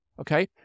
okay